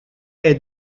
est